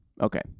Okay